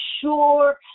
sure